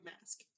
Mask